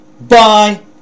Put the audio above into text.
bye